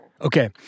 Okay